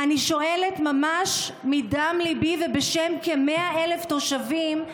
אני שואלת ממש מדם ליבי, ובשם כ-100,000 תושבים,